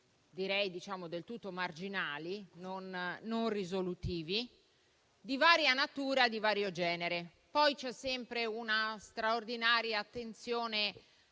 direi del tutto marginali e non risolutivi, di varia natura e di vario genere. Poi c'è sempre una straordinaria attenzione